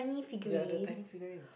yea the tiny figurine